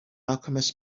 alchemists